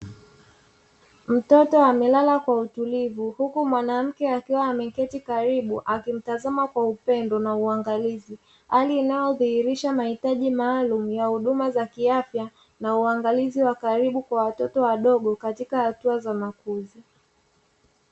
Mtoto amelala kwa utulivu huku mwanamke akiwa ameketi karibu akimtazama kwa upendo na uangalizi hali inayodhihirisha mahitaji maalumu ya huduma za kiafya na uangalizi wa karibu kwa watoto wadogo katika hatua za makuzi.